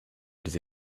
diese